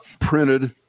printed